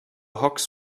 hogs